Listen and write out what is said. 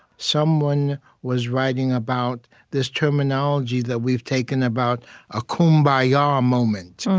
someone was writing about this terminology that we've taken about a kum bah ya moment,